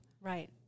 Right